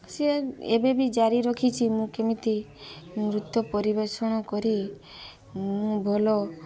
ସିଏ ଏବେ ବି ଜାରି ରଖିଛି ମୁଁ କେମିତି ନୃତ୍ୟ ପରିବେଷଣ କରି ମୁଁ ଭଲ